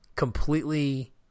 completely